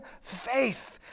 faith